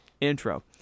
intro